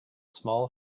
small